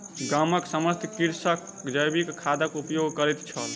गामक समस्त कृषक जैविक खादक उपयोग करैत छल